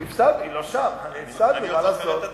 אני עוד זוכר את הדגלים.